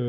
ఈ